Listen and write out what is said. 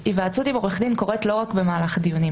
היוועצות עם עורך דין לא קורית רק במהלך הדיונים,